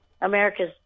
America's